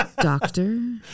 Doctor